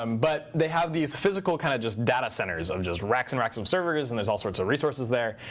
um but they have these physical kind of just data centers of just racks and racks of servers, and there's all sorts of resources there.